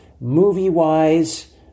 movie-wise